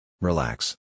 Relax